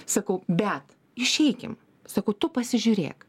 sakau bet išeikim sakau tu pasižiūrėk